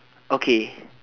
okay